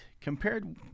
Compared